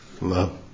love